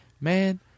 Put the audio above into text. man